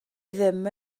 ddim